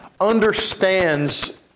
understands